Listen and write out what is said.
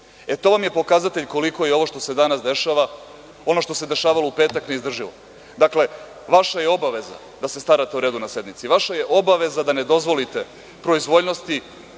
put. To vam je pokazatelj koliko je ovo što se danas dešava, ono što se dešavalo u petak neizdrživo. Dakle, vaša je obaveza da se starate o redu na sednici. Vaša je obaveza da ne dozvolite proizvoljnosti